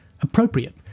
appropriate